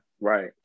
right